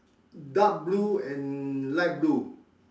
dark blue and light blue